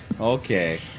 okay